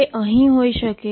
તે અહીં હોઈ શકે